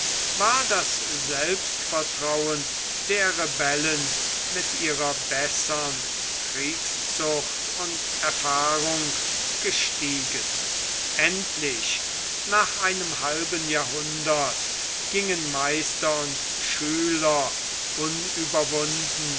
war das selbstvertrauen der rebellen mit ihrer bessern kriegszucht und erfahrung gestiegen endlich nach einem halben jahrhundert gingen meister und schüler